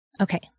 Okay